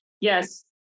Yes